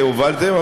כי הובלתן,